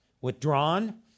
withdrawn